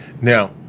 Now